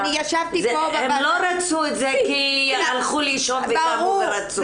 הם לא רצו את זה כי הלכו לישון וקמו ורצו.